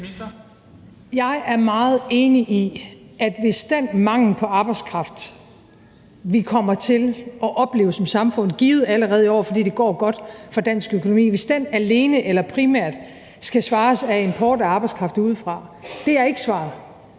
Jeg er meget enig i, at det, hvis svaret på den mangel på arbejdskraft, vi kommer til at opleve som samfund – givet allerede i år, fordi det går godt for dansk økonomi – alene eller primært skal være import af arbejdskraft udefra, ikke er svaret.